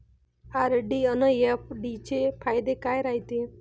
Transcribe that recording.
RD अन FD चे फायदे काय रायते?